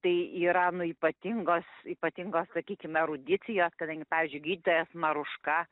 tai yra nu ypatingos ypatingos sakykim erudicijos kadangi pavyzdžiui gydytojas maruška